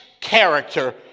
character